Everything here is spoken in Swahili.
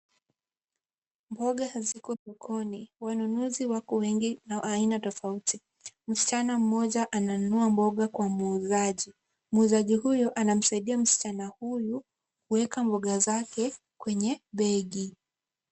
Mboga haziko sokoni ,wanunuzi wako wengine na aina tofauti. Msichana mmoja ananunua mboga kwa muuzaji. Muuzaji huyu anamsaidia msichana huyu kuweka mboga zake kwenye begi.